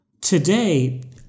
Today